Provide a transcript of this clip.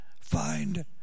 find